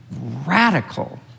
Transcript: radical